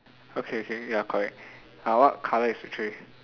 okay K K ya correct uh what colour is the tree